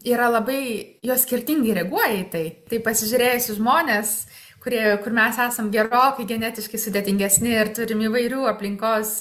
yra labai jos skirtingai reaguoja į tai tai pasižiūrėjus į žmones kurie kur mes esam gerokai genetiškai sudėtingesni ir turim įvairių aplinkos